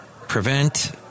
prevent